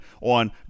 on